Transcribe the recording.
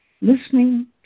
Listening